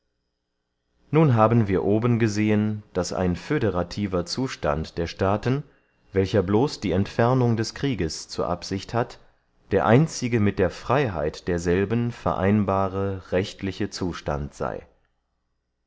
nun haben wir oben gesehen daß ein föderativer zustand der staaten welcher bloß die entfernung des krieges zur absicht hat der einzige mit der freyheit derselben vereinbare rechtliche zustand sey